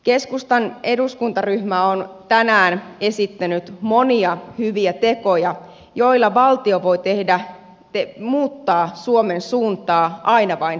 keskustan eduskuntaryhmä on tänään esittänyt monia hyviä tekoja joilla valtio voi muuttaa suomen suuntaa aina vain paremmaksi